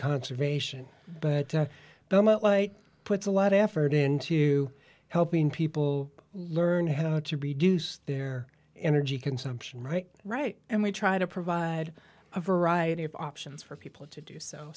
conservation but at the moment like puts a lot of effort into helping people learn how to reduce their energy consumption right right and we try to provide a variety of options for people to do so